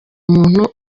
umuntu